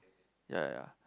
ya ya ya